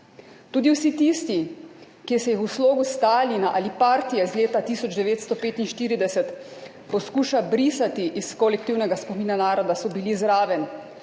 Tudi vsi tisti, ki se jih v slogu Stalina ali partije iz leta 1945 poskuša brisati iz kolektivnega spomina naroda, so bili zraven.